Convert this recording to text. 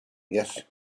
yes